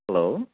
hello